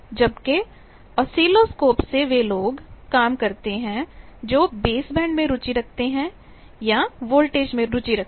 जबकि आस्टसीलस्कप से वे लोग काम करते हैं जो बेसबैंड में रुचि रखते हैं या वोल्टेज में रुचि रखते हैं